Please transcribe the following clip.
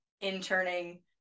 interning